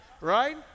Right